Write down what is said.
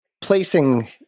Placing